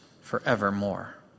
forevermore